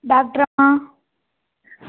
doctor அம்மா